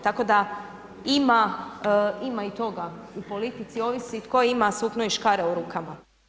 Tako da ima, ima i toga u politici, ovisi tko ima sukno i škare u rukama.